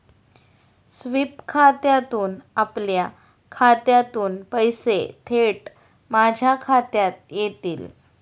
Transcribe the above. sweep खात्यातून आपल्या खात्यातून पैसे थेट माझ्या खात्यात येतील